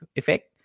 effect